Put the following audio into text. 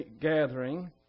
gathering